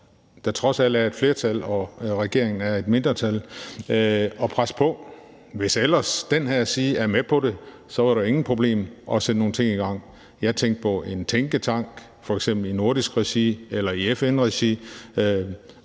der trods alt er et flertal – regeringen er et mindretal – at presse på. Hvis ellers den her side er med på det, er det intet problem at sætte nogle ting i gang. Jeg tænkte på en tænketank, f.eks. i nordisk regi eller i FN-regi,